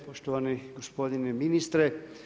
Poštovani gospodine ministre.